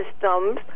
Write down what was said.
systems